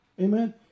amen